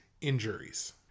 injuries